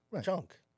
junk